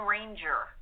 Ranger